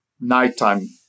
nighttime